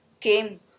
came